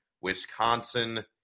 Wisconsin